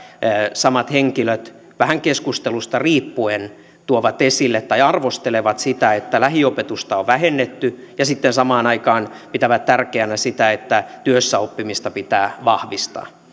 samat henkilöt vähän keskustelusta riippuen tuovat esille tai arvostelevat sitä että lähiopetusta on vähennetty ja sitten samaan aikaan pitävät tärkeänä sitä että työssäoppimista pitää vahvistaa